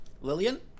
Lillian